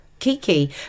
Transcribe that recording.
kiki